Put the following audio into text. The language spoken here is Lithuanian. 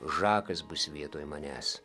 žakas bus vietoj manęs